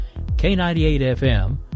K98FM